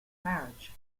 marriage